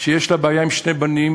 שיש לה בעיה עם שני בנים